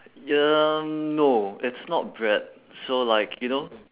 um no it's not bread so like you know